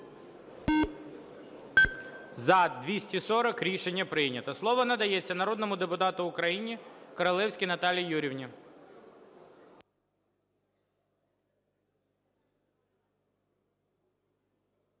За-240 Рішення прийнято. Слово надається народному депутату України Королевській Наталії Юріївні.